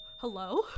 Hello